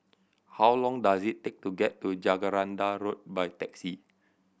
how long does it take to get to Jacaranda Road by taxi